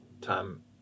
time